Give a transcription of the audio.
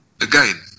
again